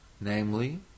namely